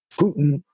Putin